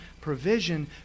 provision